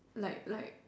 like like